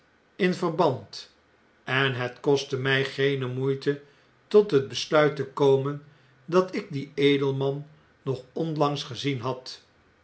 in verband en het koste mij geene moeite tot het besluit te komen dat ik dien edelman nog onlangs gezien had